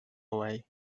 away